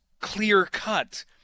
clear-cut